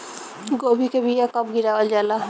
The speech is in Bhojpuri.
गोभी के बीया कब गिरावल जाला?